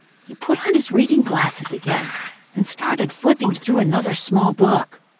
he put on his reading glasses again and started flipping through another small book.